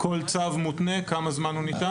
כל צו מותנה, כמה זמן הוא ניתן?